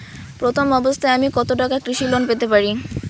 প্রথম অবস্থায় আমি কত টাকা কৃষি লোন পেতে পারি?